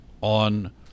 on